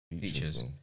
features